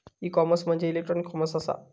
E commerce म्हणजे electronic commerce असा